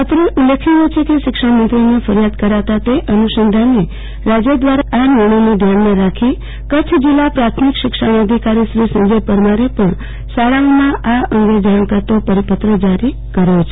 અત્રે ઉલ્લેખનીય છે કે શિક્ષણમંત્રીને ફરિયાદ કરતાં તે અનુસંધાને રાજય દ્રારા લેવાયેલ આ નિર્ણયને ધ્યાનમાં રાખી કચ્છ જિલ્લા પ્રાથમિક શિક્ષણાધિકારી શ્રી સંજય પરમારે પણ શાળાઓમાં આ અંગે જાણ કરતો પરિપત્ર જારી કર્યો છે